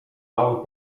mały